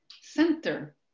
center